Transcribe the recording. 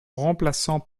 remplaçant